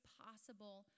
possible